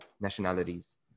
nationalities